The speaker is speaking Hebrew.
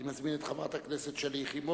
אני מזמין את חברת הכנסת שלי יחימוביץ